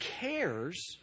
cares